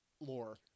lore